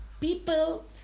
people